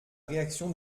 réaction